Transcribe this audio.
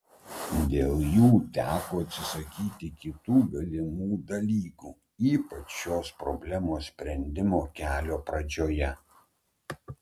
dėl jų teko atsisakyti kitų galimų dalykų ypač šios problemos sprendimo kelio pradžioje